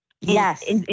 Yes